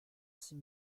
six